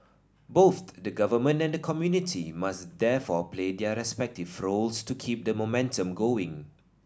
both the government and the community must therefore play their respective roles to keep the momentum going